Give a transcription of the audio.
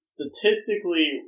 Statistically